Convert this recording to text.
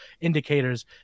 indicators